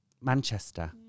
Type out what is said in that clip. Manchester